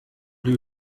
who